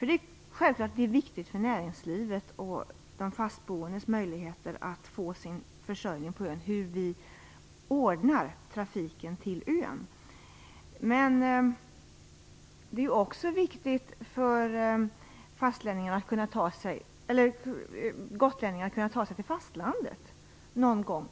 Det är självfallet viktigt för näringslivet och för de fastboendes möjligheter att få sin försörjning på ön hur vi ordnar trafiken till ön. Men det är också viktigt för gotlänningarna att någon gång kunna ta sig till fastlandet.